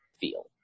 feel